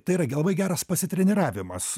tai yra gi labai geras pasitreniravimas